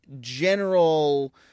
general